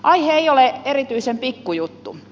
aihe ei ole erityisen pikkujuttu